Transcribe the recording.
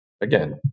again